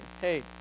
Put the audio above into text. hey